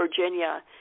Virginia